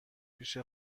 پیش